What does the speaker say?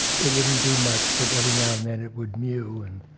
it wouldn't do much. but every now and then, it would mew and